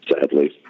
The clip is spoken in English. sadly